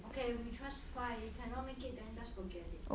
okay we just try if you cannot make it then just forget it